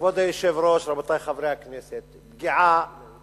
כבוד היושב-ראש, רבותי חברי הכנסת, פגיעה